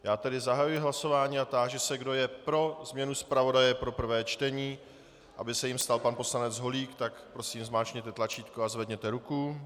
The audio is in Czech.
Já tedy zahajuji hlasování a táži se, kdo je pro změnu zpravodaje pro prvé čtení, aby se jím stal pan poslanec Holík, tak prosím zmáčkněte tlačítko a zvedněte ruku.